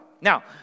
Now